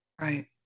right